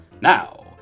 Now